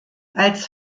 als